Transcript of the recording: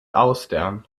austern